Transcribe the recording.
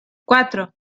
cuatro